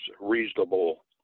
reasonable